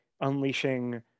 unleashing